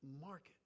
market